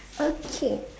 okay